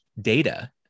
data